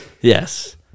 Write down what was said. Yes